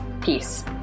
Peace